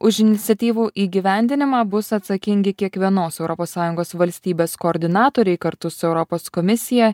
už iniciatyvų įgyvendinimą bus atsakingi kiekvienos europos sąjungos valstybės koordinatoriai kartu su europos komisija